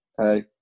Hey